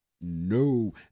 no